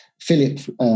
Philip